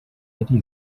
yari